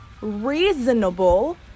reasonable